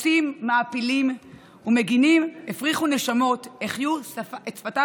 לעצמך שבדיינים עוד ישב גלעד